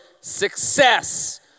Success